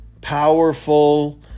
powerful